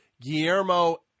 Guillermo